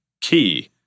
key